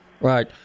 Right